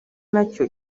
nacyo